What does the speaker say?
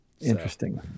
Interesting